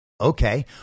Okay